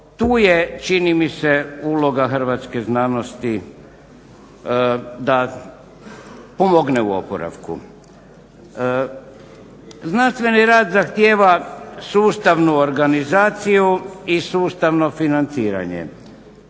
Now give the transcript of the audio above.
tu je čini mi se uloga hrvatske znanosti da pomogne u oporavku. Znanstveni rad zahtjeva sustavnu organizaciju i sustavno financiranje.